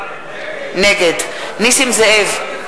נגד נסים זאב,